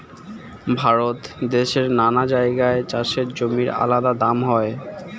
ভারত দেশের নানা জায়গায় চাষের জমির আলাদা দাম হয়